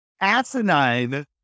asinine